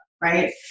right